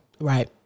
Right